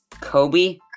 Kobe